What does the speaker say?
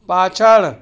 પાછળ